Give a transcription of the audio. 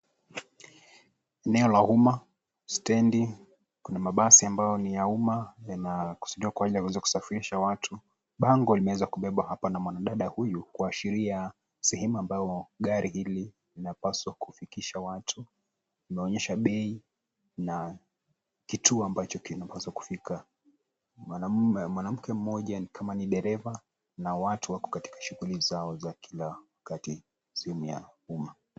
Eneo la umma, stendi. Kuna mabasi ambayo ni ya umma yanakusudiwa kwa ajili ya kusafirisha watu. Bango limeweza kubebwa hapa na mwanadada huyu kuashiria sehemu ambayo gari hili linapaswa kufikisha watu. Linaonyesha bei na kituo ambacho kinaweza kufika. Mwanamke mmoja ni kama ni dereva na watu wako katika shughuli zao za kila wakati sehemu ya umma.